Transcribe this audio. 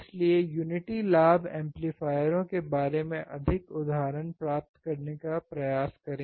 इसलिए युनिटी लाभ एम्पलीफायरों के बारे में अधिक उदाहरण प्राप्त करने का प्रयास करें